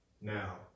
Now